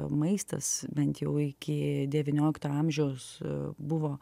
maistas bent jau iki devyniolikto amžiaus buvo